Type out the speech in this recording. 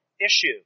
issue